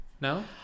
no